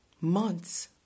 months